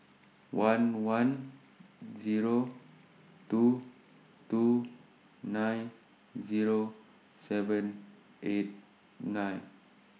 one one Zero two two nine Zero seven eight nine